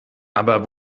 aber